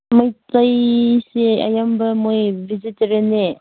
ꯃꯩꯇꯩꯁꯦ ꯑꯌꯥꯝꯕ ꯃꯣꯏ ꯚꯦꯖꯤꯇꯦꯔꯦꯟꯅꯦ